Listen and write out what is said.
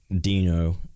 Dino